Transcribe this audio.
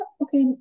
okay